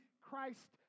Christ